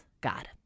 God